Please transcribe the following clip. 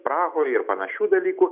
prahoje ir panašių dalykų